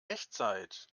echtzeit